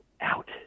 out